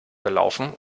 gelaufen